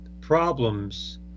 problems